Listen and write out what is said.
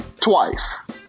twice